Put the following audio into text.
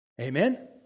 Amen